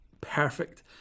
Perfect